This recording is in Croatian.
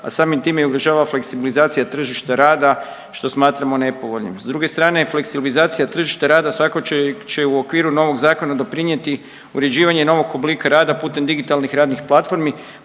a samim time i ugrožava fleksibilizacija tržišta rada što smatramo nepovoljnim. S druge strane, fleksibilizacija tržišta rada svakako će u okviru novog zakona doprinijeti uređivanje novog oblika rada putem digitalnih radnih platformi